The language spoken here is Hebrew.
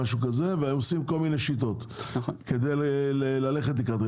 והיו עושים כל מיני שיטות כדי ללכת לקראתכם.